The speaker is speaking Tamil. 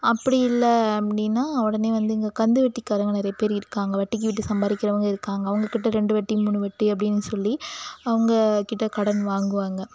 அப்படி இல்லை அப்படினா உடனே வந்து இங்கே கந்து வெட்டிகாரங்கள் நிறைய பேர் இருக்காங்க வட்டிக்கு விட்டு சம்பாதிக்குறவங்க இருக்காங்க அவங்க கிட்ட ரெண்டு வட்டி மூணு வட்டி அப்படின்னு சொல்லி அவங்க கிட்ட கடன் வாங்குவாங்க